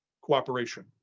cooperation